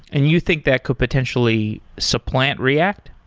and you think that could potentially supplant react?